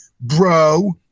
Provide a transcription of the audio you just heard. bro